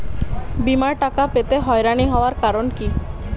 বিমার টাকা পেতে হয়রানি হওয়ার কারণ কি?